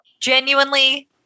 genuinely